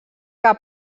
que